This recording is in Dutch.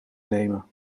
nemen